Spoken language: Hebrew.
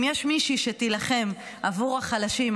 אם יש מישהי שתילחם בעבור החלשים,